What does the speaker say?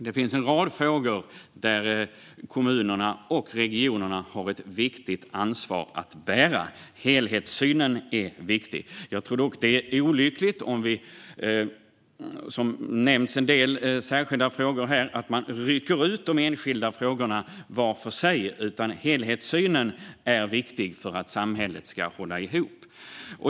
Det finns en rad frågor där kommunerna och regionerna har ett viktigt ansvar att bära. Helhetssynen är viktig. Jag tror därför att det är olyckligt om vi, som nämns i en del särskilda frågor här, rycker ut de enskilda frågorna var för sig. Helhetssynen är viktig för att samhället ska hålla ihop.